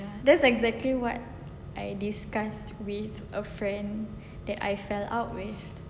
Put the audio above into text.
that's exactly what I discussed with a friend that I fell out with